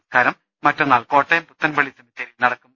സംസ്കാരം മറ്റന്നാൾ കോട്ടയം പുത്തൻപള്ളി സെമിത്തേരിയിൽ നടക്കും